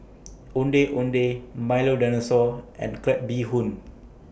Ondeh Ondeh Milo Dinosaur and Crab Bee Hoon